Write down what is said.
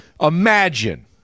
Imagine